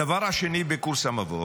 הדבר השני בקורס המבוא